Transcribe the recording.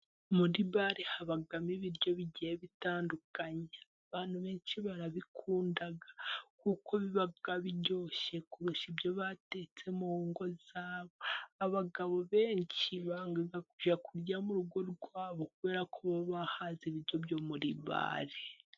Muri bare habamo ibiryo bigiye bitandukanye, abantu benshi barabikunda kuko biba biryoshye kurusha ibyo batetse mu ngo iwabo. Abagabo benshi banga kurya mu rugo rwabo kubera ko bahaze ibiryo byo muri bari.